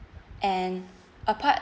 and apart